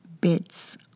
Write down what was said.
Bits